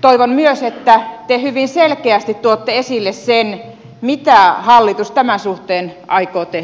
toivon myös että te hyvin selkeästi tuotte esille sen mitä hallitus tämän suhteen aikoo tehdä